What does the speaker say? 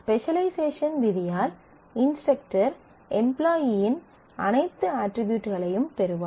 specialisation விதியால் instructor employee இன் அனைத்து அட்ரிபியூட்களையும் பெறுவார்